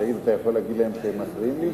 האם אתה יכול להגיד להם שהם מפריעים לי?